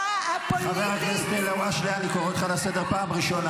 חבר הכנסת טיבי, אני קורא אותך לסדר פעם ראשונה.